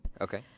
Okay